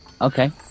Okay